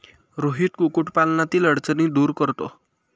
रोहित कुक्कुटपालनातील अडचणी दूर करतो